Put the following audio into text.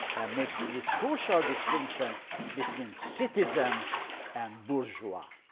and makes this crucial distinction between citizen and bourgeois.